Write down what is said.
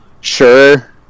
sure